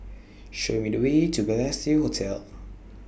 Show Me The Way to Balestier Hotel